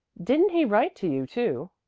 didn't he write to you too?